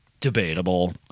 debatable